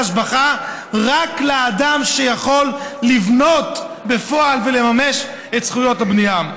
השבחה רק לאדם שיכול לבנות בפועל ולממש את זכויות הבנייה.